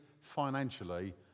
financially